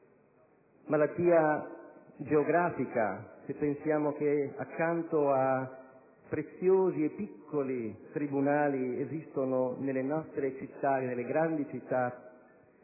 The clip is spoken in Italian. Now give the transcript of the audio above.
malattia geografica, se pensiamo che accanto a preziosi e piccoli tribunali esistono nelle nostre grandi città